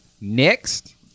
next